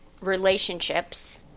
relationships